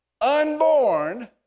unborn